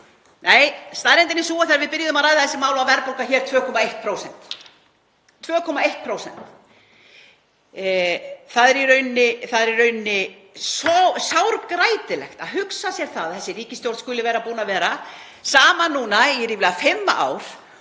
Nei, staðreyndin er sú að þegar við byrjuðum að ræða þessi mál var verðbólga hér 2,1%. Það er í raun sárgrætilegt að hugsa sér að þessi ríkisstjórn skuli vera búin að vera saman í ríflega fimm